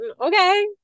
okay